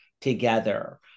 together